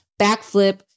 backflip